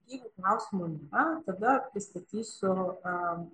jeigu klausimų nėra tada pristatysiu